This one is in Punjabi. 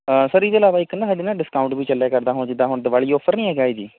ਸਰ ਇਹਦੇ ਇਲਾਵਾ ਇੱਕ ਨਾ ਸਾਡੇ ਨਾ ਡਿੰਸਕਾਊਂਟ ਵੀ ਚੱਲਿਆ ਕਰਦਾ ਹੁਣ ਜਿੱਦਾਂ ਹੁਣ ਦੀਵਾਲੀ ਔਫ਼ਰ ਨਹੀਂ ਹੈਗਾ ਹੈ ਜੀ